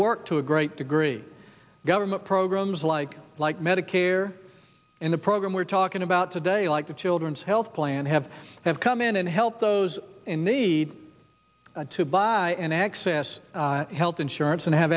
worked to a great degree government programs like like medicare in the program we're talking about today like the children's health plan have have come in and help those in need to buy and access health insurance and